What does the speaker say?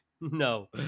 no